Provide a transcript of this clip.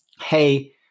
Hey